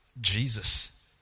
Jesus